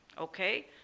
okay